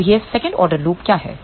अब यह second order loop क्या है